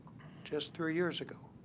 just three years ago,